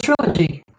trilogy